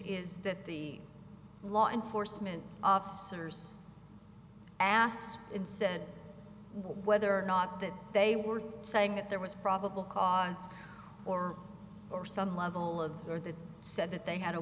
is that the law enforcement officers asked and said whether or not that they were saying that there was probable cause or or some level of or they said that they had a